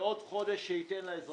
זה עוד חודש שיינתן לאזרחים.